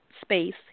space